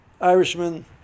Irishman